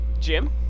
Jim